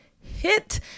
hit